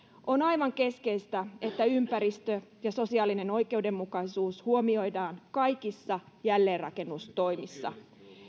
on aivan keskeistä että ympäristö ja sosiaalinen oikeudenmukaisuus huomioidaan kaikissa jälleenrakennustoimissa